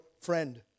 friend